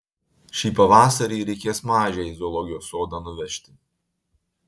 šį pavasarį reikės mažę į zoologijos sodą nuvežti